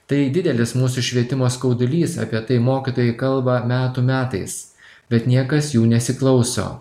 tai didelis mūsų švietimo skaudulys apie tai mokytojai kalba metų metais bet niekas jų nesiklauso